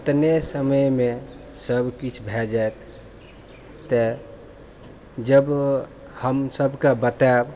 कमे समयमे सब किछु भए जायत तऽ जब हम सबके बतायब